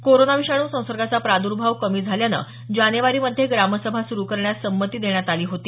corona विषाणू संसर्गाचा प्रादुर्भाव कमी झाल्यानं जानेवारीमध्ये ग्रामसभा सुरु करण्यास संमती देण्यात आली होती